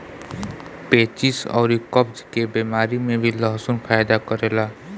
पेचिस अउरी कब्ज के बेमारी में भी लहसुन फायदा करेला